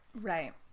Right